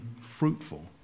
fruitful